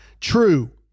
true